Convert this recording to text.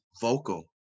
vocal